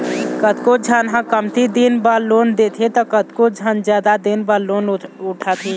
कतको झन ह कमती दिन बर लोन लेथे त कतको झन जादा दिन बर लोन उठाथे